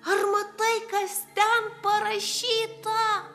ar matai kas ten parašyta